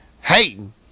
hating